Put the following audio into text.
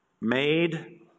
Made